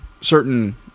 certain